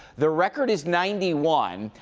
the record is ninety one.